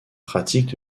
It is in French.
pratiques